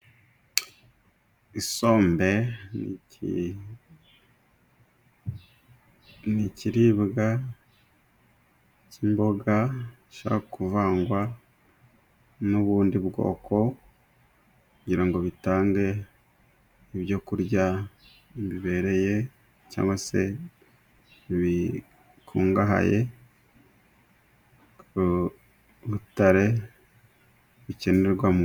Isombe ni ni ikiribwa cy'imboga gishobora kuvangwa n'ubundi bwoko kugira ngo bitange ibyokurya bibereye cyangwa se bikungahaye ku rutare bikenerwamo.